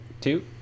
two